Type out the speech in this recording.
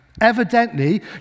Evidently